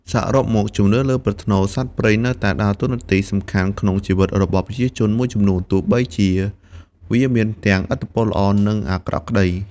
សរុបមក ជំនឿលើប្រផ្នូលសត្វព្រៃនៅតែដើរតួនាទីសំខន់ក្នុងជីវិតរបស់ប្រជាជនមួយចំនួន ទោះបីជាវាមានទាំងឥទ្ធិពលល្អ និងអាក្រក់ក្តី។